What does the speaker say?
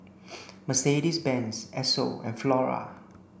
Mercedes Benz Esso and Flora